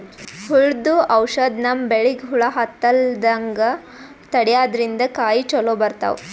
ಹುಳ್ದು ಔಷಧ್ ನಮ್ಮ್ ಬೆಳಿಗ್ ಹುಳಾ ಹತ್ತಲ್ಲ್ರದಂಗ್ ತಡ್ಯಾದ್ರಿನ್ದ ಕಾಯಿ ಚೊಲೋ ಬರ್ತಾವ್